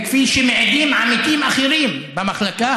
וכפי שמעידים עמיתים אחרים במחלקה,